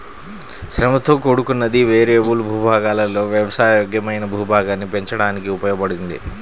శ్రమతో కూడుకున్నది, వేరియబుల్ భూభాగాలలో వ్యవసాయ యోగ్యమైన భూభాగాన్ని పెంచడానికి ఉపయోగించబడింది